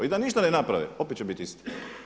I da ništa ne naprave, opet će biti isto.